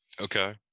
okay